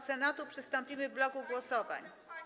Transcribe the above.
Senatu przystąpimy w bloku głosowań.